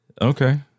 Okay